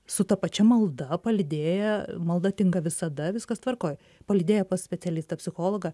su ta pačia malda palydėję malda tinka visada viskas tvarkoj palydėję pas specialistą psichologą